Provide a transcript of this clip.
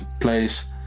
place